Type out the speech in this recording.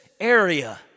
area